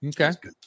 okay